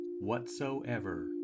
whatsoever